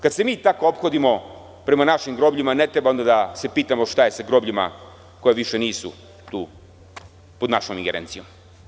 Kada se mi tako ophodimo prema našim grobljima, ne treba onda da se pitamo šta je sa grobljima koja više nisu tu pod našom ingerencijom.